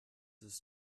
his